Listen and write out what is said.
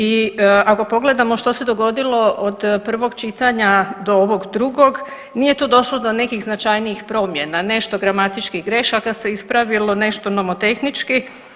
I ako pogledamo što se dogodilo od prvog čitanja do ovog drugog, nije tu došlo do nekih značajnijih promjena, nešto gramatičkih grašaka se ispravilo, nešto nomotehničkih.